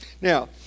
Now